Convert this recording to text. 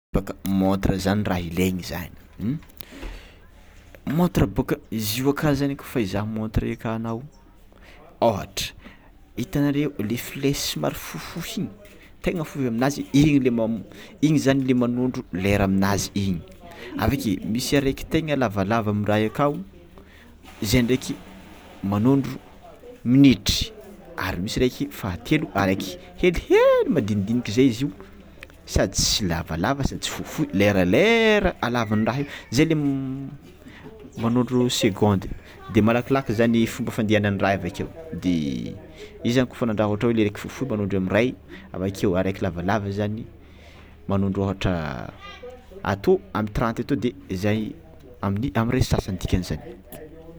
Montre zany raha ilaigny zany hm, montre bôka izy fa izaha montre igny anao ôhatra hitanareo le flèche somary fohifohy igny tegna fohy aminazy zany igny zany le manondro lera aminazy igny avakeo misy areky tengna lavalava amy ray io akao zay ndraiky manondro minitra ary misy raiky fahatelo araiky helihely madinidinika zay io sady tsy lavalava sady tsy fohy leralera halavandraha zay le man- manondro seconde de malakilaky zany fomba fandehanandraha avakeo de izy efa fahanandraha ohatra le raiky fohifohy manondro amy ray avakeo araiky lavalava zany manondro ohatra ato amin'ny trente ato amin'ny ray sy sasany dikan'izay.